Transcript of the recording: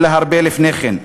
אלא הרבה לפני כן.